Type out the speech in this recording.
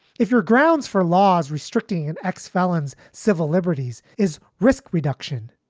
if your grounds for laws restricting and ex felons civil liberties is risk reduction,